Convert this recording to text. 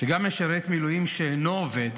שגם משרת מילואים שאינו עובד